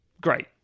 great